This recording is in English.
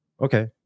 Okay